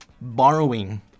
borrowing